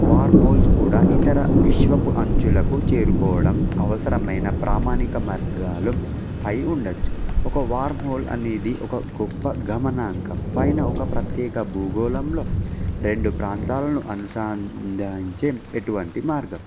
wormholes కూడా ఇతర విశ్వపు అంచులకు చేరుకోవడం అవసరమైన ప్రామాణిక మార్గాలు అయి ఉండొచ్చు ఒక వర్మ్హోల్ అనేది ఒక గొప్ప గమనాంకం పైన ఒక ప్రత్యేక భూగోళంలో రెండు ప్రాంతాలను అనుసంధానించే అటువంటి మార్గం